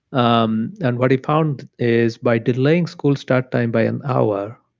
um and what he found is by delaying school start time by an hour,